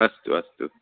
अस्तु अस्तु